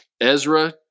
Ezra